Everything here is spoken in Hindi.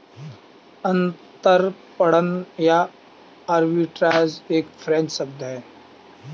अंतरपणन या आर्बिट्राज एक फ्रेंच शब्द है